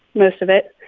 most of it,